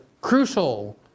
crucial